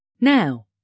Now